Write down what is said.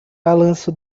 balanço